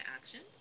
actions